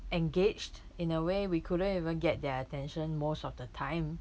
engaged in a way we couldn't even get their attention most of the time